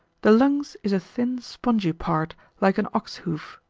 the lungs is a thin spongy part, like an ox hoof,